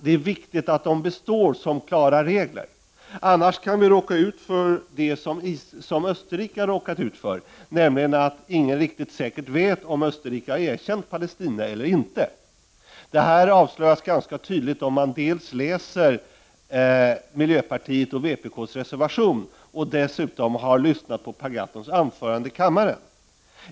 Det är viktigt att dessa regler förblir klara, annars kan vi råka ut för vad Österrike har råkat ut för, nämligen att ingen riktigt säkert vet om Österrike har erkänt Palestina eller inte. Det avslöjas ganska tydligt om man dels läser miljöpartiets och vpk:s reservation, dels lyssnar på Per Gahrtons anförande här i kammaren.